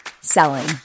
selling